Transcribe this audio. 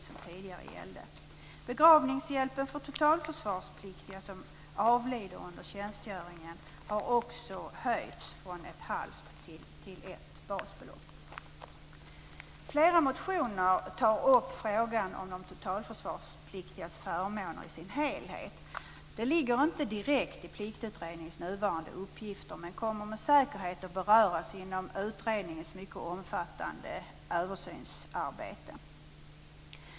Vidare har begravningshjälpen för totalförsvarspliktiga som avlider under tjänstgöringen höjts från ett halvt till ett helt basbelopp. I flera motioner tar man upp frågan om de totalförsvarspliktigas förmåner i deras helhet. Detta ingår inte direkt i Pliktutredningens nuvarande uppgifter men kommer med säkerhet att beröras inom utredningens mycket omfattande översynsarbete.